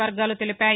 వర్గాలు తెలిపాయి